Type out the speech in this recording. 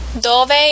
Dove